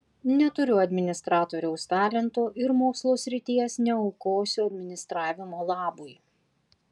neturiu administratoriaus talento ir mokslo srities neaukosiu administravimo labui